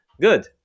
good